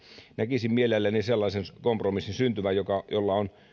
näkisin mielelläni sellaisen kompromissin syntyvän jolla on